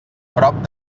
prop